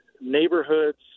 neighborhoods